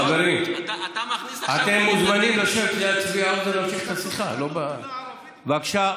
חבר הכנסת רם שפע, בבקשה.